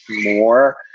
more